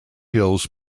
hills